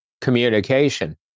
communication